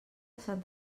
sant